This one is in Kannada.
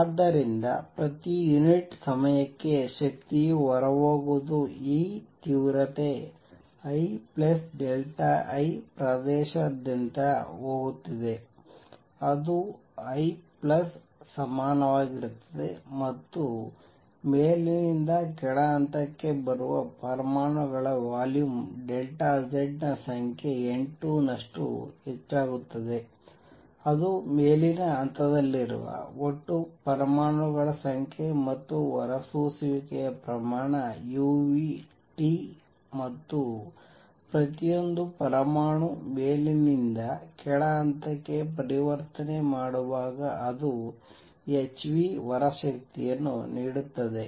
ಆದ್ದರಿಂದ ಪ್ರತಿ ಯುನಿಟ್ ಸಮಯಕ್ಕೆ ಶಕ್ತಿಯು ಹೊರಹೋಗುವುದು E ತೀವ್ರತೆ II ಪ್ರದೇಶದಾದ್ಯಂತ ಹೋಗುತ್ತಿದೆ ಅದು I ಪ್ಲಸ್ ಸಮನಾಗಿರುತ್ತದೆ ಮತ್ತು ಮೇಲಿನಿಂದ ಕೆಳ ಹಂತಕ್ಕೆ ಬರುವ ಪರಮಾಣುಗಳ ವಾಲ್ಯೂಮ್ Z ನ ಸಂಖ್ಯೆ n2 ನಷ್ಟು ಹೆಚ್ಚಾಗುತ್ತದೆ ಅದು ಮೇಲಿನ ಹಂತದಲ್ಲಿರುವ ಒಟ್ಟು ಪರಮಾಣುಗಳ ಸಂಖ್ಯೆ ಮತ್ತು ಹೊರಸೂಸುವಿಕೆಯ ಪ್ರಮಾಣ uT ಮತ್ತು ಪ್ರತಿಯೊಂದೂ ಪರಮಾಣು ಮೇಲಿನಿಂದ ಕೆಳ ಹಂತಕ್ಕೆ ಪರಿವರ್ತನೆ ಮಾಡುವಾಗ ಅದು hν ಹೊರ ಶಕ್ತಿಯನ್ನು ನೀಡುತ್ತದೆ